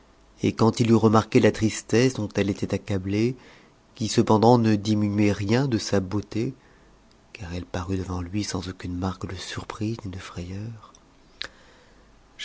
et quand il eut remarqué la tristesse dont elle était accablée qui cependant ne diminuait rien de sa beauté